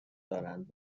دارند